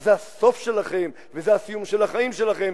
אז זה הסוף שלכם וזה הסיום של החיים שלכם,